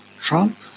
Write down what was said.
Trump